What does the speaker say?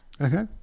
Okay